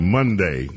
Monday